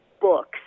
books